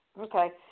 Okay